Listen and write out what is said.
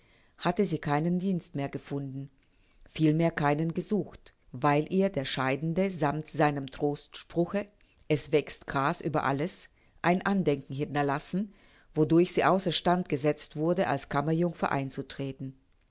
hatte sie keinen dienst mehr gefunden vielmehr keinen gesucht weil ihr der scheidende sammt seinem trostspruche es wächst gras über alles ein andenken hinterlassen wodurch sie außer stand gesetzt wurde als kammerjungfer einzutreten